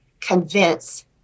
convince